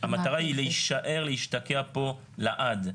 המטרה היא להישאר ולהשתקע פה לעד.